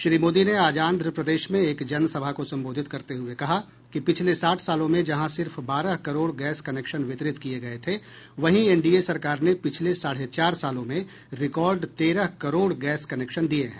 श्री मोदी ने आज आंध्र प्रदेश में एक जनसभा को संबोधित करते हुए कहा कि पिछले साठ सालों में जहां सिर्फ बारह करोड़ गैस कनेक्शन वितरित किये गये थे वहीं एनडीए सरकार ने पिछले साढ़े चार सालों में रिकॉर्ड तेरह करोड़ गैस कनेक्शन दिये हैं